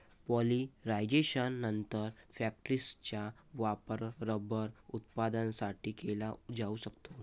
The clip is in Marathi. पॉलिमरायझेशननंतर, फॅक्टिसचा वापर रबर उत्पादनासाठी केला जाऊ शकतो